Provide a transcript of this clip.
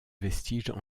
vestiges